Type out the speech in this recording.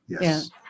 yes